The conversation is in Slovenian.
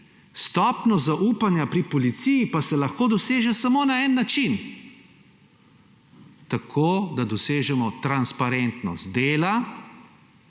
Stopnjo zaupanja pri policiji pa se lahko doseže samo na en način – da dosežemo transparentnost dela